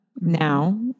Now